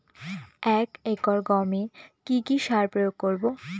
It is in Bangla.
এক একর গমে কি কী সার প্রয়োগ করব?